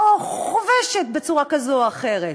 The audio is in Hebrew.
או חובשת בצורה כזאת או אחרת.